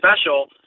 special